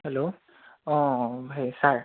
hello অঁ sir